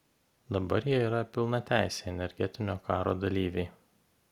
dabar jie yra pilnateisiai energetinio karo dalyviai